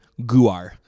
Guar